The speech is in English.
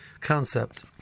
concept